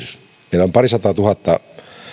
meillä on parisataatuhatta